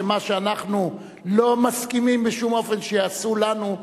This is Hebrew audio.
שמה שאנחנו לא מסכימים בשום אופן שיעשו לנו,